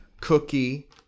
cookie